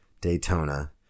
Daytona